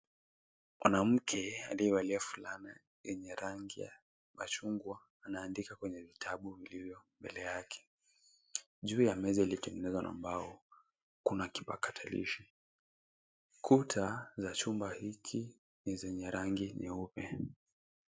Mwanamke aliyevalia vulana yenye rangi ya machungwa anaandika kwenye kitabu kilicho mbele yake. Juu ya meza iliyotengenezwa na mbao, kuna kipakatalishi. Kuta za chumba hiki ni zenye rangi nyeupe.